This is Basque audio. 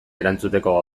erantzuteko